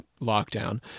lockdown